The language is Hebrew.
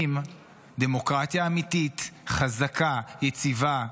שלפעמים דמוקרטיה אמיתית, חזקה, יציבה,